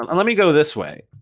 let me go this way,